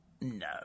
no